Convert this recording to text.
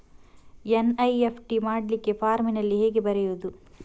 NEFT ಮಾಡ್ಲಿಕ್ಕೆ ಫಾರ್ಮಿನಲ್ಲಿ ಹೇಗೆ ಬರೆಯುವುದು?